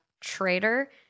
traitor